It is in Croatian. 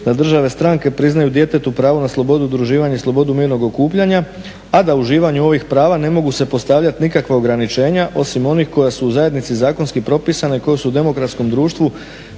da države stranke priznaju djetetu pravu na slobodu udruživanja i slobodu mirnog okupljanja, a da u uživanju ovih prava ne mogu se postavljati nikakva ograničenja osim onih koja su u zajednici zakonski propisana i koja su u demokratskom društvu